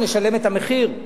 נשלם את המחיר,